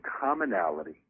commonality